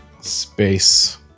Space